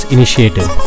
Initiative